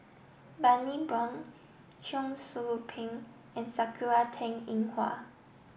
Bani Buang Cheong Soo Pieng and Sakura Teng Ying Hua